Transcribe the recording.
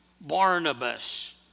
Barnabas